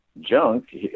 Junk